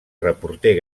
reporter